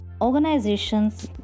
organizations